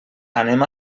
anem